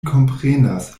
komprenas